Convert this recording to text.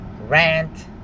rant